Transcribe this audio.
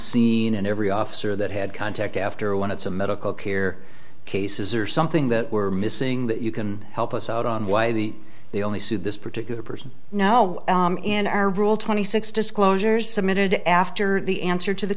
scene and every officer that had contact after one it's a medical career cases or something that were missing that you can help us out on why the they only sue this particular person no in our rule twenty six disclosures submitted after the answer to the